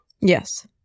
Yes